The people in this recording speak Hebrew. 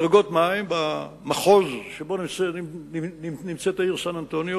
מדרגות מים במחוז שבו נמצאת העיר סן-אנטוניו,